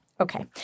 Okay